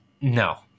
No